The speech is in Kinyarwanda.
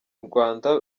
rwanda